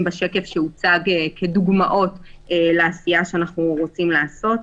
בשקף שהוצג כדוגמאות לעשייה שאנחנו רוצים לעשות.